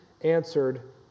answered